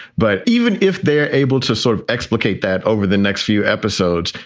but even if they're able to sort of explicate that over the next few episodes,